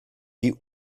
die